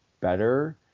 better